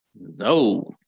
No